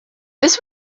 this